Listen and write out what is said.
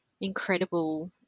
incredible